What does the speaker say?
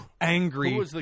angry